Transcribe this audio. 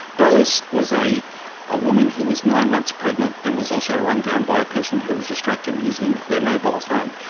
bolis was a ah woman who was nine months pregnant and was also run down by a person who was distracted using their mobile phone.